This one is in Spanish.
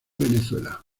venezuela